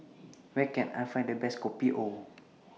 Where Can I Find The Best Kopi O